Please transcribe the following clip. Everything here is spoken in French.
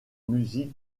musique